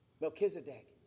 Melchizedek